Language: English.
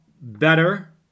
better